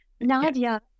Nadia